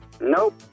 Nope